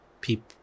people